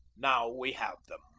now we have them.